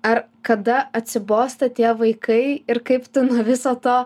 ar kada atsibosta tie vaikai ir kaip tu nuo viso to